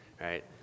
right